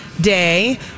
day